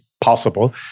possible